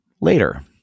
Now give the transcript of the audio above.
later